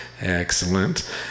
Excellent